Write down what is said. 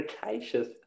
Cretaceous